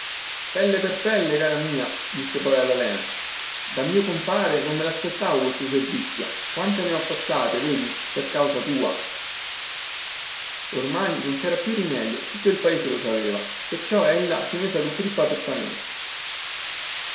pelle per pelle cara mia disse poi alla lena da mio compare non me laspettavo questo servizio quante ne ho passate vedi per causa tua ormai non cera più rimedio tutto il paese lo sapeva perciò ella si mise col crippa apertamente